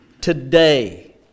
today